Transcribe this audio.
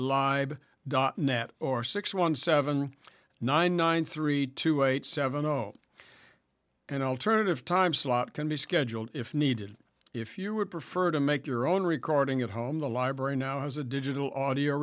live dot net or six one seven nine nine three two eight seven zero and alternative time slot can be scheduled if needed if you would prefer to make your own recording at home the library now has a digital audio